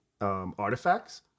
artifacts